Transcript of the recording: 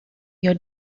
your